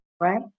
right